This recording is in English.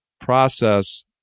process